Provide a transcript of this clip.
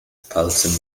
palcem